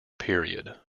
period